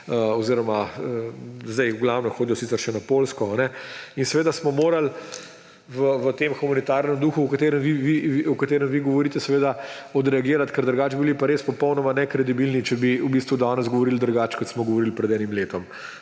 oziroma zdaj v glavnem hodijo sicer še na Poljsko. Seveda smo morali v tem humanitarnem duhu, o katerem vi govorite, odreagirati, ker drugače bi bili pa res popolnoma nekredibilni, če bi v bistvu danes govorili drugače, kot smo govorili pred enim letom.